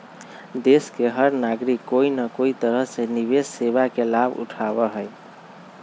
देश के हर नागरिक कोई न कोई तरह से निवेश सेवा के लाभ उठावा हई